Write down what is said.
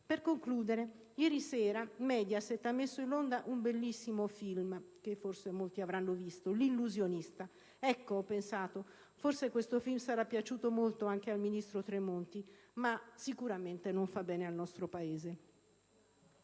Per concludere, ieri sera Mediaset ha mandato in onda un bellissimo film, che forse molti avranno visto, "L'illusionista". Ecco, ho pensato, forse questo film sarà piaciuto molto anche al ministro Tremonti, ma sicuramente questo modo di procedere